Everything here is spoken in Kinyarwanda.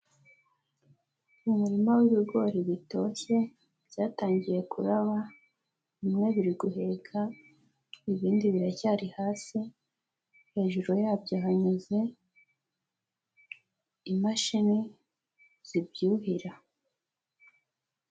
Umurima w'ibigori bitoshye byatangiye kuraba, bimwe biri guheka, ibindi biracyari hasi, hejuru yabyo hanyuze imashini zibyuhira.